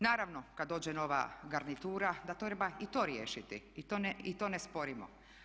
Naravno kada dođe nova garnitura da treba i to riješiti i to ne sporimo.